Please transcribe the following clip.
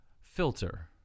filter